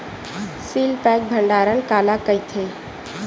Seal pack भंडारण काला कइथे?